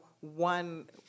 one